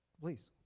please.